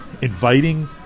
inviting